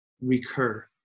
recur